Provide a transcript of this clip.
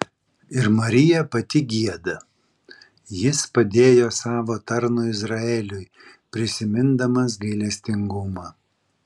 ir marija pati gieda jis padėjo savo tarnui izraeliui prisimindamas gailestingumą